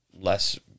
less